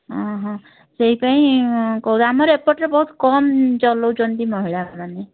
ହଁ ହଁ ସେଇ ପାଇଁ ଆମର ଏପଟରେ ବହୁତ କମ୍ ଚଲାଉଛନ୍ତି ମହିଳା ମାନେ